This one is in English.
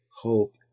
hope